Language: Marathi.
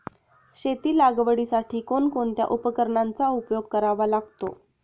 शेती लागवडीसाठी कोणकोणत्या उपकरणांचा उपयोग करावा लागतो?